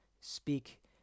speak